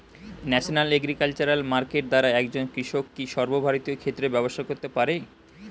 National agriculture market দ্বারা একজন কৃষক কি সর্বভারতীয় ক্ষেত্রে ব্যবসা করতে পারে?